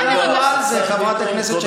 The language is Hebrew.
ואנחנו על זה, חברת הכנסת שקד.